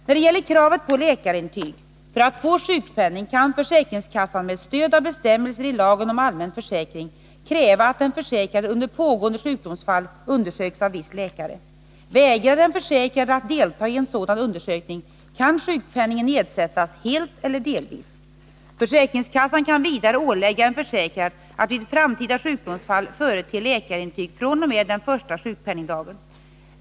När det gäller kravet på läkarintyg för att man skall kunna få sjukpenning kan försäkringskassan, med stöd av bestämmelser i lagen om allmän försäkring, kräva att den försäkrade under pågående sjukdomsfall undersöks av viss läkare. Vägrar den försäkrade att delta i en sådan undersökning, kan sjukpenningen nedsättas helt eller delvis. Försäkringskassan kan vidare ålägga en försäkrad att vid framtida sjukdomsfall förete läkarintyg fr.o.m. den första sjukpenningdagen.